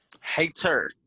Hater